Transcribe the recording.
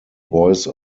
voice